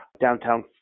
downtown